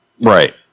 Right